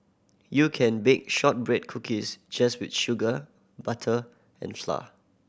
you can bake shortbread cookies just with sugar butter and flour